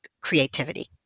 creativity